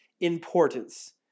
importance